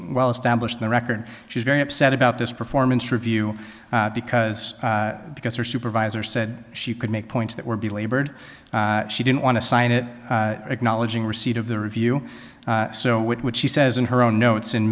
well established in the record she's very upset about this performance review because because her supervisor said she could make points that were belabored she didn't want to sign it acknowledging receipt of the review so what she says in her own notes in